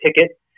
ticket